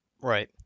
Right